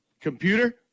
Computer